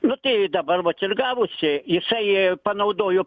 nu tai dabar vat ir gavosi jisai panaudojo